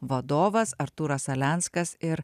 vadovas artūras alenskas ir